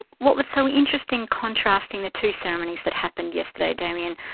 what was so interesting, contrasting the two ceremonies that happened yesterday, damien,